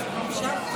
בבקשה.